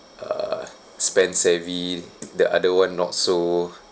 uh spend-savvy the other one not so